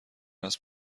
است